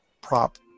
prop